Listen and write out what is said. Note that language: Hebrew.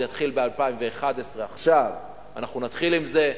זה יתחיל ב-2011, עכשיו אנחנו נתחיל עם זה.